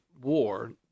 war